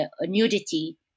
nudity